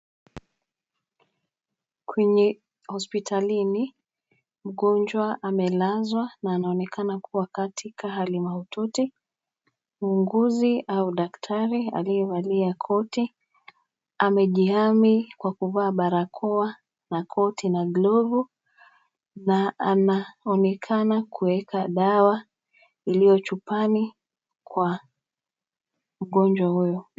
Kwenye hospitalini, mgonjwa amelazwa na anaonekana kuwa katika hali maututi. Muuguzi au daktari aliyevalia koti, amejiami kwa kuvaa barakoa na koti na glovu, na anaonekana kuweka dawa iliyo chupani kwa mgonjwa huyo.